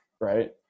right